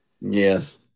Yes